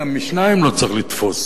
גם משניים לא צריך לתפוס.